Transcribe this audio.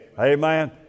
Amen